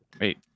wait